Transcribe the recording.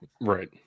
right